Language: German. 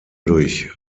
durch